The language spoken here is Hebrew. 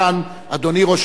אדוני ראש הממשלה,